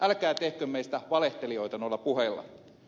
älkää tehkö meistä valehtelijoita noilla puheilla